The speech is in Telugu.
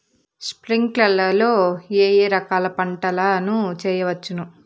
స్ప్రింక్లర్లు లో ఏ ఏ రకాల పంటల ను చేయవచ్చును?